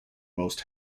most